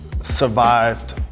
survived